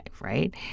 right